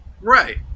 Right